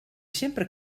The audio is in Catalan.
sempre